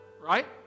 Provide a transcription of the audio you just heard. right